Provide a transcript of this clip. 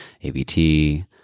ABT